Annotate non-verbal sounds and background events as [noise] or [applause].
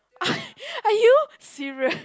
[laughs] are you serious